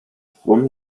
brummen